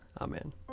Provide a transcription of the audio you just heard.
Amen